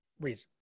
reason